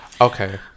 okay